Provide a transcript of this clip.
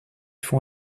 font